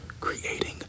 creating